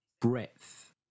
breadth